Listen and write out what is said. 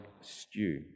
stew